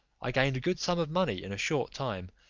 i gained a good sum of money in a short time,